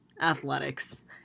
athletics